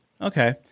Okay